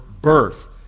birth